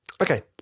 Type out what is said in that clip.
Okay